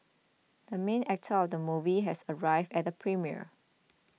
the main actor of the movie has arrived at the premiere